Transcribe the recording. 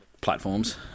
platforms